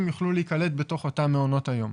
יוכלו להיקלט בתוך אותם מעונות היום.